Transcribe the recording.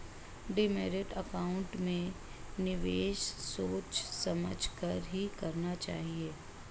demat account में निवेश सोच समझ कर ही करना चाहिए